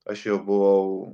aš jau buvau